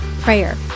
prayer